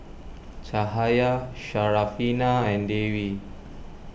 Cahaya Syarafina and Dewi